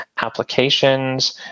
applications